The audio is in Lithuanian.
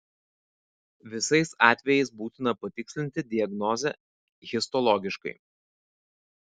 visais atvejais būtina patikslinti diagnozę histologiškai